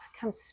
Come